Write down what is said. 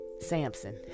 Samson